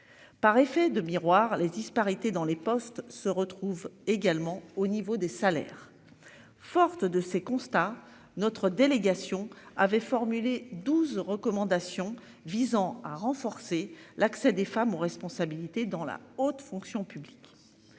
Par effet de miroir, les disparités dans les Poste se retrouve également au niveau des salaires. Forte de ces constats. Notre délégation avait formulé 12 recommandations visant à renforcer l'accès des femmes aux responsabilités dans la haute fonction publique.